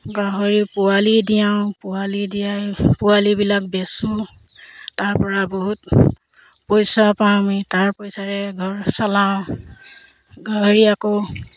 গাহৰি পোৱালি দিয়াওঁ পোৱালি দিয়াই পোৱালিবিলাক বেচোঁ তাৰপৰা বহুত পইচা পাওঁ আমি তাৰ পইচাৰে ঘৰ চলাওঁ গাহৰি আকৌ